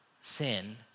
sin